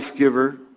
Lifegiver